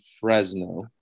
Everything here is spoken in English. Fresno